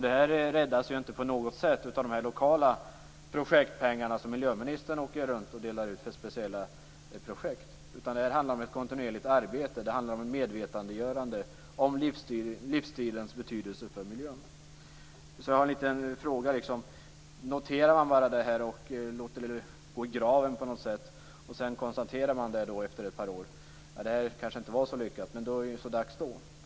Det räddas ju inte på något sätt av de lokala projektpengar som miljöministern åker runt och delar ut till speciella projekt. Det här handlar om ett kontinuerligt arbete. Det handlar om ett medvetandegörande i fråga om livsstilens betydelse för miljön. Det har jag en liten fråga om. Noterar man bara det här och låter det liksom gå i graven? Sedan konstaterar man kanske efter ett par år att det här inte var så lyckat. Men det är så dags då.